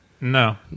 No